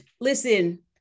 listen